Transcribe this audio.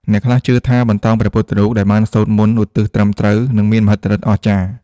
អ្នកខ្លះជឿថា បន្តោងព្រះពុទ្ធរូបដែលបានសូត្រមន្តឧទ្ទិសត្រឹមត្រូវ នឹងមានមហិទ្ធិឫទ្ធិអស្ចារ្យ។